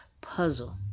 puzzle